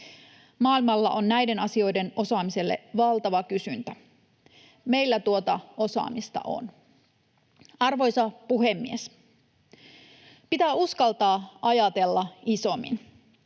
Maailmalla on näiden asioiden osaamiselle valtava kysyntä. Meillä tuota osaamista on. Arvoisa puhemies! Pitää uskaltaa ajatella isommin.